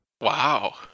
Wow